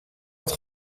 dat